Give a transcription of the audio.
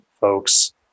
folks